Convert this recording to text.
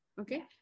Okay